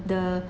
the